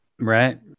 Right